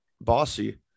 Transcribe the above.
Bossy